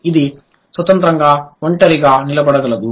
ఇది స్వతంత్రంగా ఒంటరిగా నిలబడగలదు